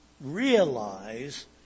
realize